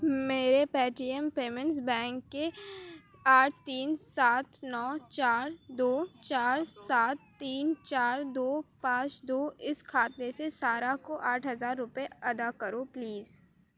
میرے Paytm payments bank کے آٹھ تین سات نو چار دو چار سات تین چار دو پانچ دو اس کھاتے سے سارہ کو آٹھ ہزار روپئے ادا کرو پلیز